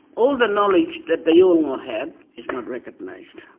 all the knowledge that the yolngu have is not recognised,